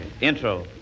Intro